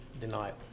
denial